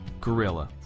Gorilla